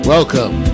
Welcome